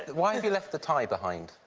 why have you left the tie behind?